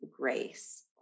grace